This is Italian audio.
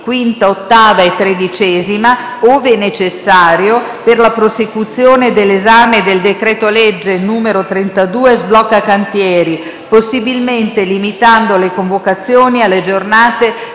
5a, 8a e 13a, ove necessario, per la prosecuzione dell'esame del decreto-legge n. 32 del 2019, sblocca cantieri, possibilmente limitando le convocazioni alle giornate